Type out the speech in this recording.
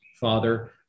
father